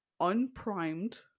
unprimed